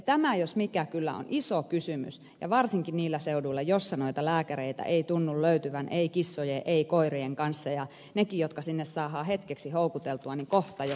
tämä jos mikä on kyllä iso kysymys ja varsinkin niillä seuduilla joissa noita lääkäreitä ei tunnu löytyvän ei kissojen ei koirien kanssa ja nekin jotka sinne saadaan hetkeksi houkuteltua kohta jo karkaavat muualle